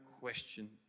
question